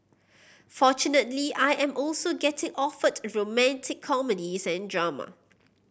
fortunately I am also getting offered romantic comedies and drama